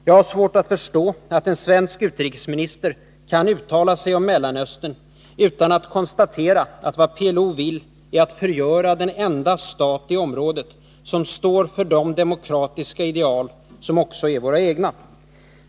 Jag har svårt att förstå att en svensk utrikesminister kan uttala sig om Mellanöstern utan att konstatera att vad PLO vill är att förgöra den enda stat i området som står för de demokratiska ideal som också är våra egna.